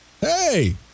hey